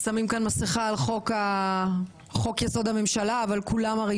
שמים כאן מסכה על חוק יסוד: הממשלה אבל כולם הרי